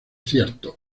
cierto